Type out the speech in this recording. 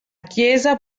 chiesa